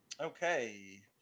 Okay